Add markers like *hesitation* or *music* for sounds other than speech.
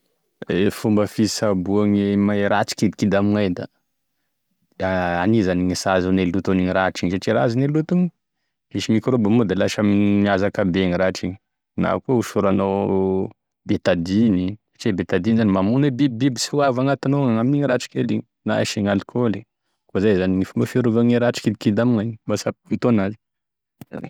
E fomba fisaboa agne mae- ratry kidikidy amy gn'ay da *hesitation* hania zany gny sy ahazoagne loto enigny ratry igny satria raha azon'e loto igny da misy mikraoba moa da lasa *hesitation* mihazabe igny ratry igny na koa hosoranao *hesitation* betadiny satria e betadiny zany mamono e bibibiby sy hoavy agnatinao aminigny ratry kely igny na asigny alikôly koa izay zany e fomba fiarovagne ratry kidikidy amignay mba tsy hampivonto enazy.